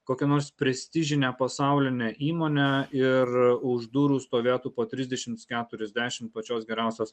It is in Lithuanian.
kokią nors prestižinę pasaulinę įmonę ir už durų stovėtų po trisdešimt keturiasdešimt pačios geriausios